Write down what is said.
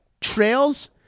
trails